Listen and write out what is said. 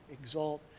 exalt